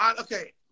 okay